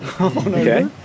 Okay